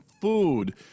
food